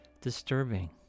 disturbing